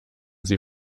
sie